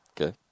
Okay